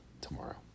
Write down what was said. tomorrow